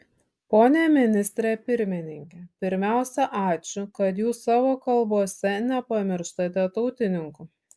pone ministre pirmininke pirmiausia ačiū kad jūs savo kalbose nepamirštate tautininkų